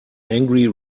angry